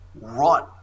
run